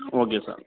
okay sir